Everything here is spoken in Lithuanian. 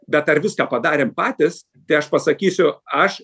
bet ar viską padarėm patys tai aš pasakysiu aš